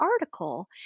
article